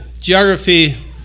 geography